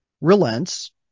relents